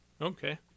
Okay